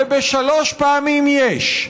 ובשלוש פעמים "יש".